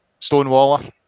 Stonewaller